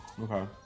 okay